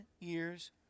years